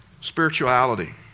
spirituality